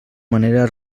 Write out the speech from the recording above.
manera